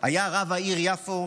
היה רב העיר יפו,